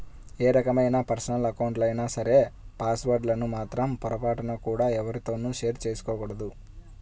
ఏ రకమైన పర్సనల్ అకౌంట్లైనా సరే పాస్ వర్డ్ లను మాత్రం పొరపాటున కూడా ఎవ్వరితోనూ షేర్ చేసుకోకూడదు